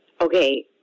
Okay